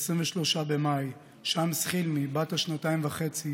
ב-23 במאי שמס חלמי בת השנתיים וחצי